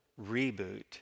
reboot